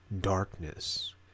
Darkness